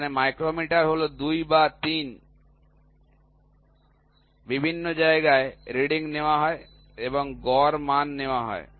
এখানে মাইক্রোমিটার হল ২ বা ৩ বিভিন্ন জায়গায় রিডিং নেওয়া হয় এবং গড় মান নেওয়া হয়